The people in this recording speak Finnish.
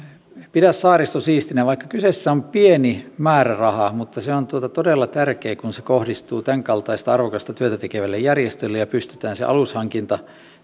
pidä saaristo siistinä vaikka kyseessä on pieni määräraha niin se on todella tärkeä kun se kohdistuu tämänkaltaista arvokasta tekevälle järjestölle ja pystytään se alushankinta